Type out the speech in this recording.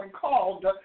called